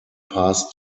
passed